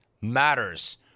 matters